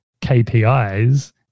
KPIs